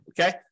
okay